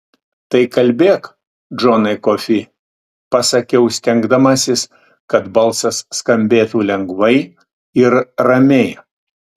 tai kalbėk džonai kofį pasakiau stengdamasis kad balsas skambėtų lengvai ir ramiai